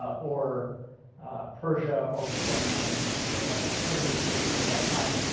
ah or persia, or what's going on in inter? what is now turkey at that time?